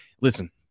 Listen